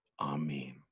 Amen